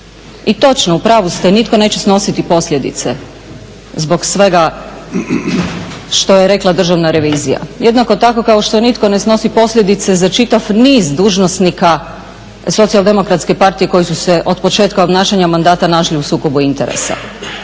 I točno, u pravu ste, nitko neće snositi posljedice zbog svega što je rekla Državna revizija, jednako tako kao što nitko ne snosi posljedice za čitav niz dužnosnika SDP-a koji su se od početka obnašanja mandata našli u sukobu interesa.